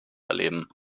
erleben